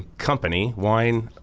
company, wine,